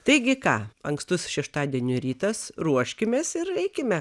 taigi ką ankstus šeštadienio rytas ruoškimės ir eikime